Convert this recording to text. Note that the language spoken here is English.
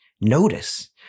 notice